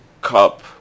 cup